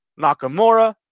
Nakamura